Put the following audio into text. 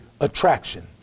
attraction